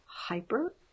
hyper